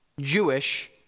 Jewish